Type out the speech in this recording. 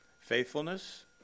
faithfulness